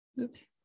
Oops